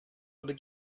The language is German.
oder